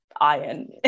iron